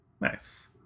Nice